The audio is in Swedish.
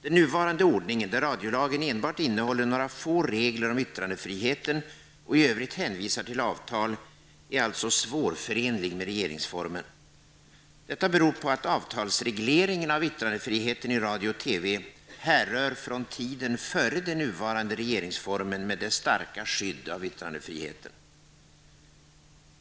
Den nuvarande ordningen, där radiolagen enbart innehåller några få regler om yttrandefriheten och i övrigt hänvisar till avtal, är alltså svårförenlig med regeringsformen. Detta beror på att avtalsregleringen av yttrandefriheten i radio och TV härrör från tiden före den nuvarande regeringsformen med dess starka skydd av yttrandefriheten.